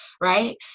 right